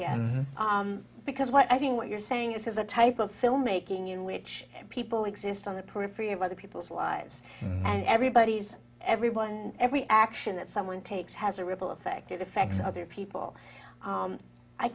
end because what i think what you're saying is the type of filmmaking in which people exist on the periphery of other people's lives and everybody's everyone every action that someone takes has a ripple effect it affects other people